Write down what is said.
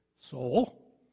Soul